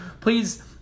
Please